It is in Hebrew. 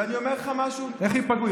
ואני אומר לך משהו, איך ייפגעו?